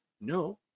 no